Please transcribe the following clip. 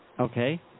okay